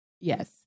Yes